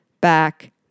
back